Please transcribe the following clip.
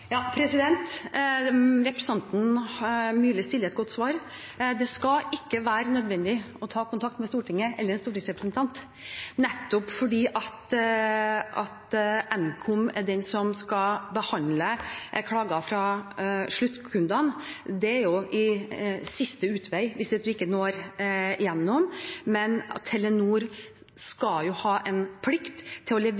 Representanten Myrli stiller et godt spørsmål. Det skal ikke være nødvendig å ta kontakt med Stortinget eller en stortingsrepresentant, nettopp fordi Nkom er den som skal behandle klager fra sluttkundene. Det er siste utvei hvis en ikke når igjennom. Telenor har en plikt til å levere